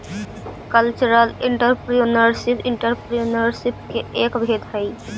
cultural entrepreneurship entrepreneurship के एक भेद हई